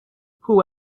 who